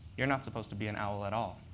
you're not supposed to be an owl at all.